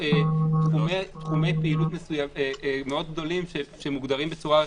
יש תחומי פעילות מאוד גדולים שמוגדרים בצורה רחבה,